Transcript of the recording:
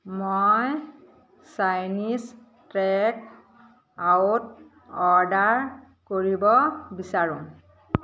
মই Chinese take out order কৰিব বিচাৰোঁ